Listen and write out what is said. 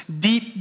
deep